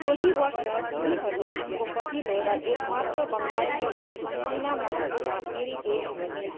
सोही वर्ष तिनीहरू उनको पहिलो र एकमात्र बङ्गाली फिल्म सङ्गिना महतोमा फेरि जोडी बने